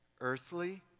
earthly